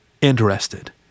Interested